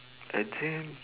exam